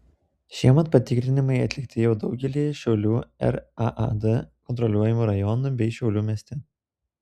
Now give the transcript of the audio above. šiemet patikrinimai atlikti jau daugelyje šiaulių raad kontroliuojamų rajonų bei šiaulių mieste